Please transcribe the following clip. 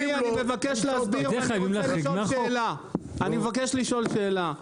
אני מבקש לשאול שאלה.